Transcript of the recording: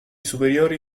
superiori